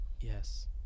Yes